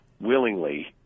willingly